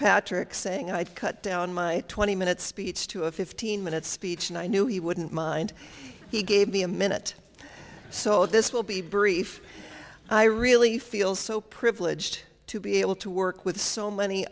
patrick saying i'd cut down my twenty minute speech to a fifteen minute speech and i knew he wouldn't mind he gave me a minute so this will be brief i really feel so privileged to be able to work with so many